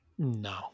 No